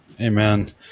Amen